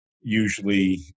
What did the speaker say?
usually